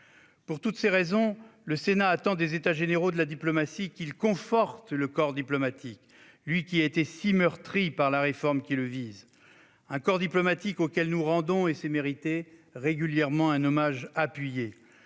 Pour toutes ces raisons, le Sénat attend des États généraux de la diplomatie qu'ils confortent le corps diplomatique, lui qui a été si meurtri par la réforme qui le vise et auquel nous rendons régulièrement un hommage appuyé.